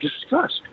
discussed